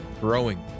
growing